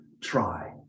try